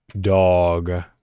dog